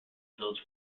village